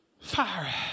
fire